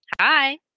Hi